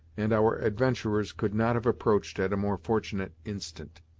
and our adventurers could not have approached at a more fortunate instant.